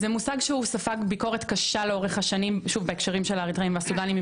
זה מושג שספג ביקורת קשה לאורך השנים בהקשר של אריתראים וסודנים,